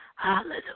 Hallelujah